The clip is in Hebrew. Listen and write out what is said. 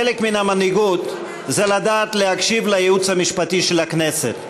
חלק מן המנהיגות זה לדעת להקשיב לייעוץ המשפטי של הכנסת.